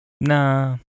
Nah